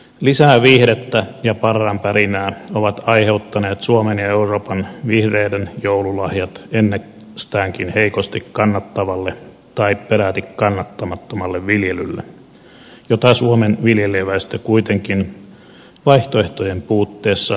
lisää viihdettä ja parran pärinää ovat aiheuttaneet suomen ja euroopan vihreiden joululahjat ennestäänkin heikosti kannattavalle tai peräti kannattamattomalle viljelylle jota suomen viljelijäväestö kuitenkin vaihtoehtojen puutteessa sitkeästi harjoittaa